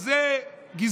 אז זו גזענות.